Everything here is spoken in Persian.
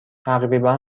تقریبا